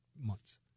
months